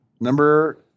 Number